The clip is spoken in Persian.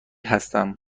هستم